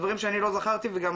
דברים שאני לא זכרתי וגם